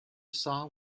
saw